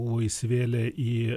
buvo įsivėlę į